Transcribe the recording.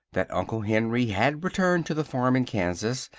that uncle henry had returned to the farm in kansas,